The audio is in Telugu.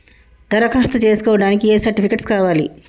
దరఖాస్తు చేస్కోవడానికి ఏ సర్టిఫికేట్స్ కావాలి?